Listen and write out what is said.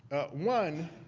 one,